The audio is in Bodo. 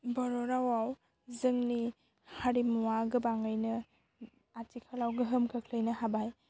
बर' रावाव जोंनि हारिमुवा गोबाङैनो आथिखालाव गोहोम खोख्लैनो हाबाय